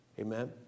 Amen